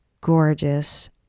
gorgeous